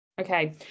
Okay